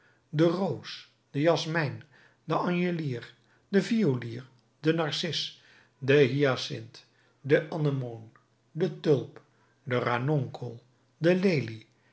de roos de jasmijn de angelier de violier de narcis de hyacint de anemoon de tulp de ranonkel de lelie